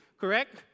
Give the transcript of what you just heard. Correct